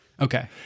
Okay